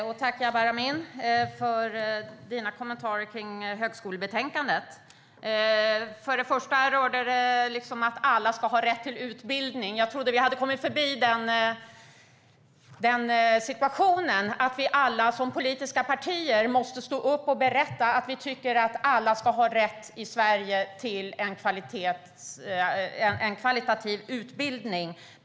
Herr talman! Tack, Jabar Amin, för dina kommentarer om högskolebetänkandet! De rörde först att alla ska ha rätt till utbildning. Jag trodde att vi hade kommit förbi situationen där vi alla måste stå upp som företrädare för politiska partier och berätta att vi tycker att alla i Sverige ska ha rätt till en högkvalitativ utbildning.